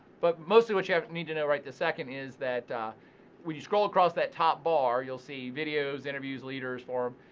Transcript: but mostly what you need to know right this second is that when you scroll across that top bar, you'll see videos, interviews, leaders, forum.